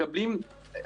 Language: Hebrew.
למשל,